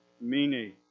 Meaning